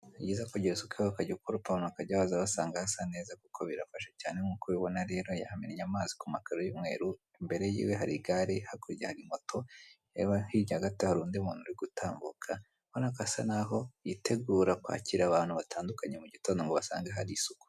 Ni byiza kugira isuku ukajya ukoropa abantu bakajya baza basanga hasa neza kuko birafasha cyane, nk'uko ubibona rero yahamennye amazi ku makaro y'umweru, imbere yiwe hari igare hakurya hari moto, rero hirya gatoya hari undi umuntu uri gutambuka, urabona ko asa naho yitegura kwakira abantu batandukanye mu gitondo ngo basange hari isuku.